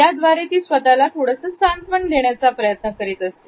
याद्वारे ती स्वतःला थोडसं सांत्वन देण्याचा प्रयत्न करते